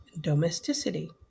domesticity